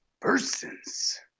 Persons